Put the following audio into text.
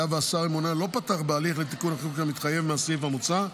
אם השר הממונה לא פתח בהליך לתיקון החיקוק כמתחייב מהסעיף המוצע,